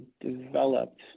developed